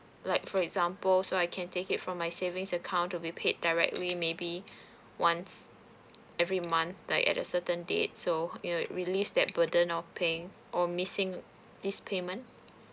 like for example so I can take it from my savings account to be paid directly maybe once every month like at a certain date so you know release that burden of paying or missing this payment